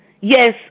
Yes